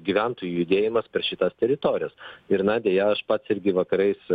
gyventojų judėjimas per šitas teritorijas ir na deja aš pats irgi vakarais